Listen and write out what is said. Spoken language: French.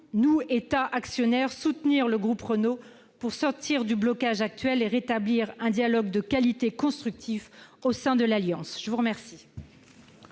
nous État actionnaire, soutenir le groupe Renault pour sortir du blocage actuel et rétablir un dialogue de qualité constructif au sein de l'alliance ? La parole